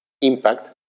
impact